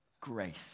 Grace